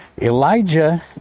Elijah